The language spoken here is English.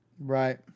Right